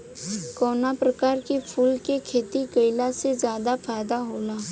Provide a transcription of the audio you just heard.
कवना प्रकार के फूल के खेती कइला से ज्यादा फायदा होला?